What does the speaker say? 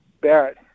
Barrett